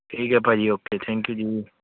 ਠੀਕ ਹੈ ਭਾਅ ਜੀ ਓਕੇ ਥੈਂਕ ਯੂ ਜੀ